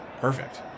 Perfect